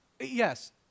Yes